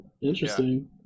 Interesting